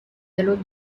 dello